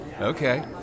Okay